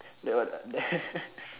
that one uh there